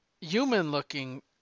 human-looking